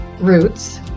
roots